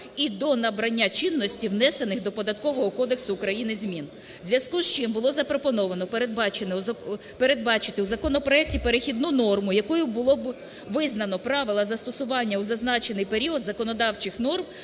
і до набрання чинності, внесених до Податкового кодексу, змін. У зв'язку з чим було запропоновано передбачити у законопроекті перехідну норму, якою було б визнано правила застосування у зазначений період законодавчих норм,